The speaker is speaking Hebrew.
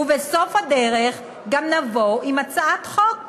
ובסוף הדרך גם נבוא עם הצעת חוק.